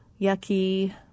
yucky